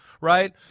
right